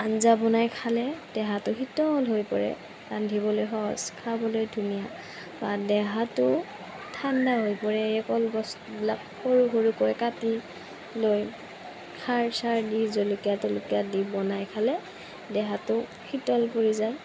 আঞ্জা বনাই খালে দেহাটো শীতল হৈ পৰে ৰান্ধিবলৈ সহজ খাবলৈ ধুনীয়া বা দেহাটো ঠাণ্ডা হৈ পৰে এই কলগছবিলাক সৰু সৰুকৈ কাটি লৈ খাৰ চাৰ দি জলকীয়া তলকীয়া দি বনাই খালে দেহাটো শীতল পৰি যায়